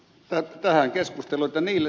tähän keskusteluun